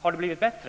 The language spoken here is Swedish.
Har det blivit bättre?